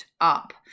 up